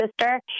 sister